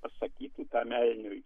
pasakytų tam elniui